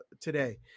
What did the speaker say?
today